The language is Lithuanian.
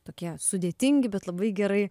tokie sudėtingi bet labai gerai